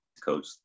coach